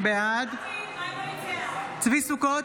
בעד צבי ידידיה סוכות,